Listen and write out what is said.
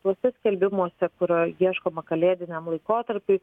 tuose skelbimuose kur ieškoma kalėdiniam laikotarpiui